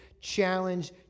challenge